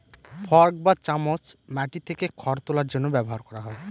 fork বা চামচ মাটি থেকে খড় তোলার জন্য ব্যবহার করা হয়